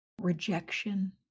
rejection